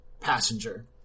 passenger